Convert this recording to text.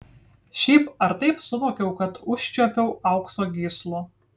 šiaip ar taip suvokiau kad užčiuopiau aukso gyslų